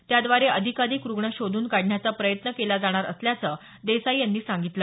त्याद्वारे अधिकाधिक रुग्ण शोधून काढण्याचा प्रयत्न केला जाणार असल्याचं देसाई यांनी सांगितलं